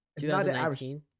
2019